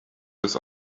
his